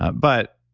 but,